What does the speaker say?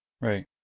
Right